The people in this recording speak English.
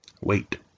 Wait